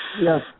yes